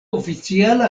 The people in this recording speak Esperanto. oficiala